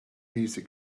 music